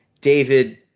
david